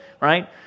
right